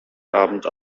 abend